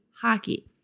hockey